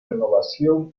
renovación